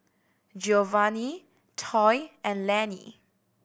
Geovanni Toy and Lannie